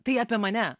tai apie mane